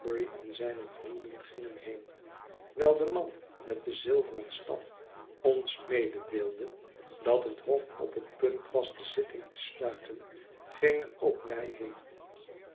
en zijn vrienden gingen heen wijl de man met den zilveren staf ons mededeelde dat het hof op het punt was de zitting te sluiten gingen ook wij heen